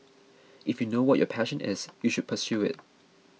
if you know what your passion is you should pursue it